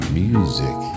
music